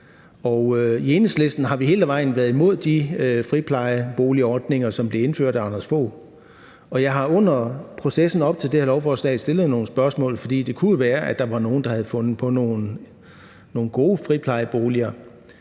I Enhedslisten har vi hele vejen igennem været imod de friplejeboligordninger, som blev indført af Anders Fogh Rasmussen, og jeg har under processen op til det her lovforslag stillet nogle spørgsmål. For det kunne jo være, at der var nogen, der havde fundet på nogle gode friplejeboliger,